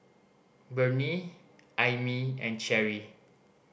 Burney Aimee and Cherry